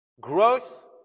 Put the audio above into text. Growth